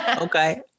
Okay